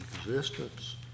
existence